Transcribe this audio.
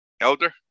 Elder